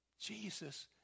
Jesus